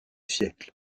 siècle